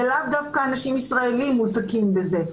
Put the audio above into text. כי לאו דווקא ישראלים מועסקים בזה.